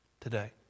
today